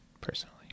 personally